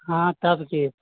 हँ तब की